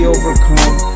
overcome